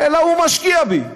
אלא הוא משקיע בי.